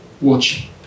watch